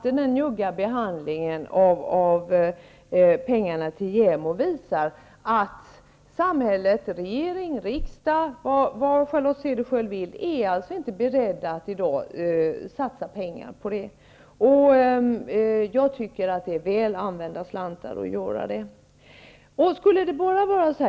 Den njugga behandlingen av förslaget om pengar till JämO visar att samhället, regering och riksdag, inte är berett att i dag satsa pengar på detta. Jag tycker att det är väl använda slantar att göra det.